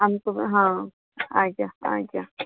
ହଁ ଆଜ୍ଞା ଆଜ୍ଞା